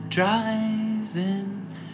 Driving